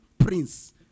Prince